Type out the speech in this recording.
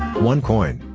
onecoin,